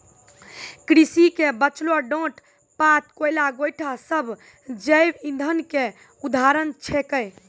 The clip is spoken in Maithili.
कृषि के बचलो डांट पात, कोयला, गोयठा सब जैव इंधन के उदाहरण छेकै